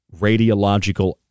radiological